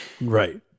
Right